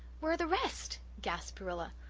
where are the rest? gasped rilla.